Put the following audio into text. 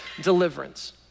deliverance